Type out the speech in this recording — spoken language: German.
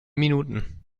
minuten